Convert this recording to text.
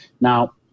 Now